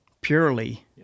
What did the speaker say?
purely